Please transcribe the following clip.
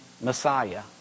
Messiah